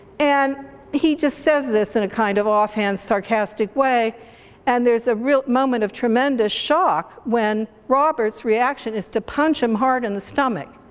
and he just says this in a kind of off hand sarcastic way and there's a real moment of tremendous shock when robert's reaction is to punch him hard in the stomach.